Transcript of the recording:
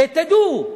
שתדעו: